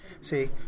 See